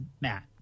Matt